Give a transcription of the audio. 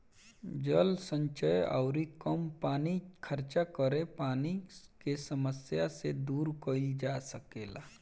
जल संचय अउरी कम पानी खर्चा करके पानी के समस्या के दूर कईल जा सकेला